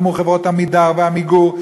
והיו חברות כמו "עמידר" ו"עמיגור".